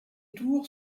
tours